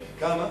כמה?